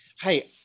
Hey